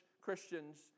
Christians